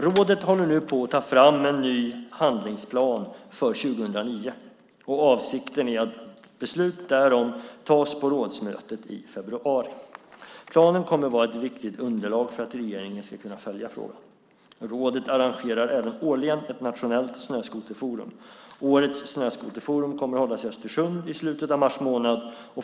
Rådet håller nu på att ta fram en ny handlingsplan för år 2009, och avsikten är att beslut därom fattas på rådsmötet i februari. Planen kommer vara ett viktigt underlag för att regeringen ska kunna följa frågan. Rådet arrangerar även årligen ett nationellt snöskoterforum. Årets snöskoterforum kommer att hållas i Östersund i slutet av mars månad.